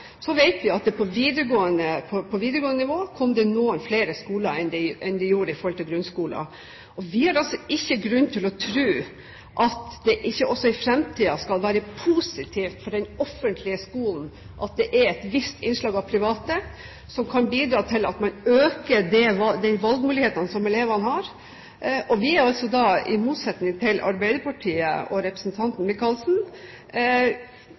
enn det gjorde på grunnskolenivå. Vi har altså ikke grunn til å tro at det ikke også i fremtiden skal være positivt for den offentlige skolen at det er et visst innslag av private, som kan bidra til at man øker de valgmulighetene elevene har. Vi har i motsetning til Arbeiderpartiet og representanten